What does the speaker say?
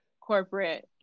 corporate